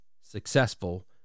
successful